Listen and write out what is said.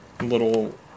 little